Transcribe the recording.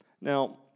Now